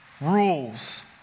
rules